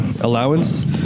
allowance